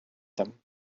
them